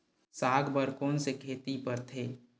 साग बर कोन से खेती परथे?